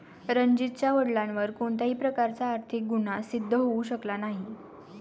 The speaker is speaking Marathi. रणजीतच्या वडिलांवर कोणत्याही प्रकारचा आर्थिक गुन्हा सिद्ध होऊ शकला नाही